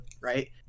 right